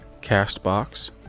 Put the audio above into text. CastBox